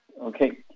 okay